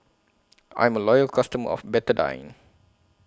I'm A Loyal customer of Betadine